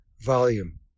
volume